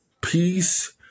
peace